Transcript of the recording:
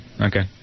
Okay